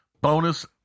bonus